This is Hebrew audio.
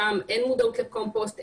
שם אין מודעות לקומפוסט,